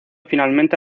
finalmente